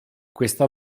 questa